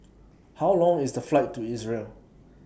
How Long IS The Flight to Israel